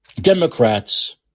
Democrats